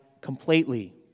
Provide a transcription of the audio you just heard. completely